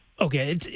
Okay